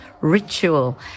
ritual